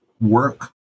work